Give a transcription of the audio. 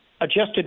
adjusted